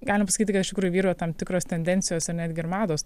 galim pasakyti kad iš tikrųjų vyrauja tam tikros tendencijos ir netgi ir mados